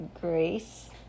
Grace